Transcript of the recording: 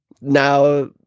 Now